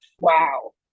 wow